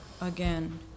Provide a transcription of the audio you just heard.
again